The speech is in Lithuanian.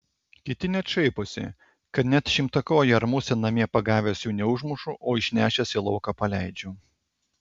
kiti net šaiposi kad net šimtakojį ar musę namie pagavęs jų neužmušu o išnešęs į lauką paleidžiu